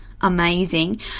amazing